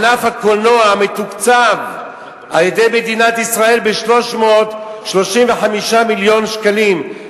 ענף הקולנוע מתוקצב על-ידי מדינת ישראל ב-335 מיליון שקלים,